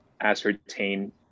ascertain